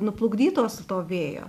nuplukdytos to vėjo